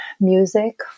music